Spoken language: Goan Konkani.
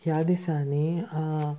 ह्या दिसांनी